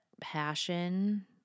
passion